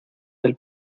del